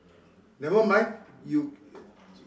never mind you